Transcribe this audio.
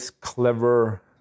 clever